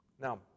Now